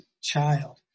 child